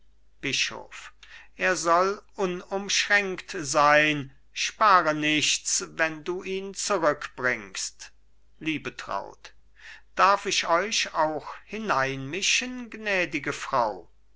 bischof er soll unumschränkt sein spare nichts wenn du ihn zurückbringst liebetraut darf ich euch auch hineinmischen gnädige frau